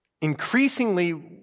increasingly